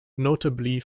notably